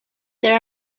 there